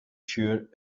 sure